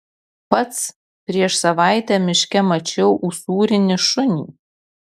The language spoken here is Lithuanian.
pats prieš savaitę miške mačiau usūrinį šunį